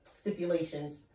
stipulations